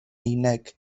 unig